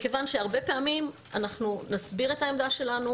מכיוון שהרבה פעמים אנחנו נסביר את העמדה שלנו.